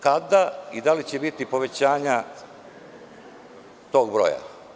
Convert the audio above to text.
Kada i da li će biti povećanja tog broja?